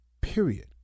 period